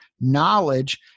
knowledge